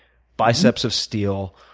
biceps of steel,